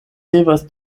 devas